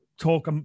talk